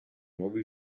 nuove